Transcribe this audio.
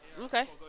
Okay